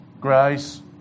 grace